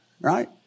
right